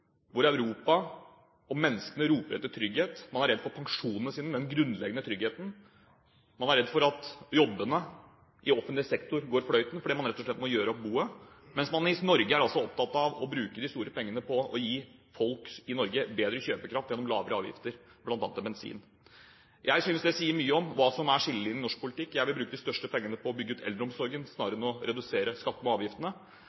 hvor Europa og menneskene der roper etter trygghet. Man er redd for pensjonene sine – den grunnleggende tryggheten – man er redd for at jobbene i offentlig sektor går fløyten, fordi man rett og slett må gjøre opp boet, mens man i Norge altså er opptatt av å bruke de store pengene på å gi folk i Norge bedre kjøpekraft gjennom lavere avgifter, bl.a. på bensin. Jeg synes det sier mye om hva som er skillelinjene i norsk politikk. Jeg vil bruke de største pengene på å bygge ut eldreomsorgen